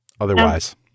otherwise